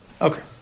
Okay